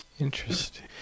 interesting